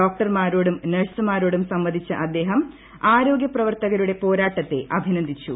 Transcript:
ഡോക്ടർമാരോടും നഴ്സുമാരോടും സംവദിച്ച അദ്ദേഹം ആരോഗൃപ്രവർത്തകരുടെ പോരാട്ടത്തെ അഭിനന്ദിച്ചു